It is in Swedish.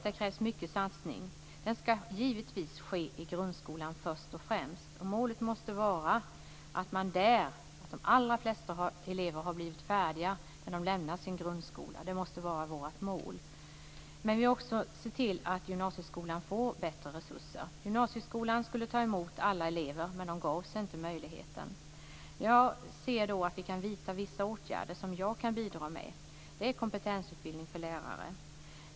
Det krävs mycket satsning, och satsningen skall givetvis göras i grundskolan först och främst. Målet måste vara att de allra flesta elever har blivit färdiga när de lämnar grundskolan. Vi måste också se till att gymnasieskolan får bättre resurser. Gymnasieskolan skulle ta emot alla elever, men de gavs inte den möjligheten. Jag ser då att vi kan vidta vissa åtgärder, som jag kan bidra med. Det är kompetensutbildning för lärare.